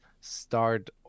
start